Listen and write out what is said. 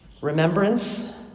remembrance